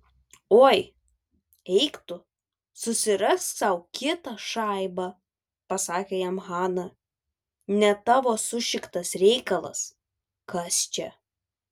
oi eik tu susirask sau kitą šaibą pasakė jam hana ne tavo sušiktas reikalas kas čia